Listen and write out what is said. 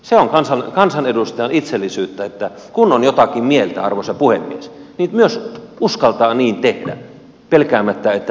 se on kansanedustajan itsellisyyttä että kun on jotakin mieltä arvoisa puhemies niin uskaltaa myös niin tehdä pelkäämättä että meneekö se ministerinpaikka seuraavassa jaossa